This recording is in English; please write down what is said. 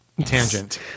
tangent